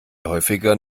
häufiger